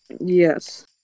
Yes